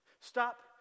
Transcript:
Stop